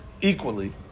equally